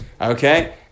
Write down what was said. Okay